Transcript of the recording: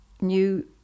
new